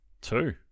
Two